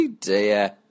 Dear